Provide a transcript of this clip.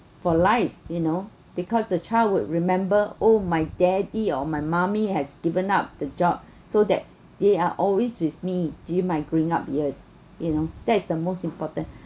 for life you know because the child would remember oh my daddy or my mummy has given up the job so that they are always with me during my growing up years you know that is the most important